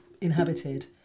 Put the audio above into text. inhabited